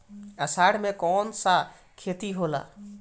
अषाढ़ मे कौन सा खेती होला?